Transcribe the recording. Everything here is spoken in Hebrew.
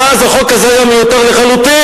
ואז החוק הזה היה מיותר לחלוטין.